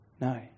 No